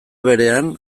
berean